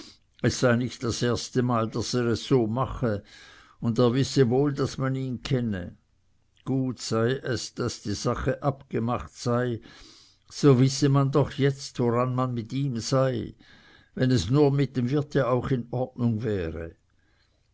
es sei nicht das erstemal daß er es so mache und er wisse wohl daß man ihn kenne gut sei es daß die sache abgemacht sei so wisse man doch jetzt woran man mit ihm sei wenn es nur mit dem wirte auch in ordnung wäre